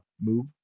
move